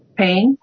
pain